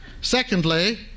Secondly